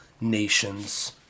nations